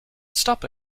stop